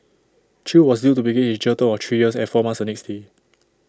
chew was due to begin his jail term of three years and four months the next day